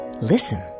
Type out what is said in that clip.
Listen